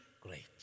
great